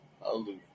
Hallelujah